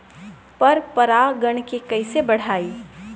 पर परा गण के कईसे बढ़ाई?